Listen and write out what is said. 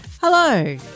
Hello